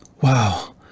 wow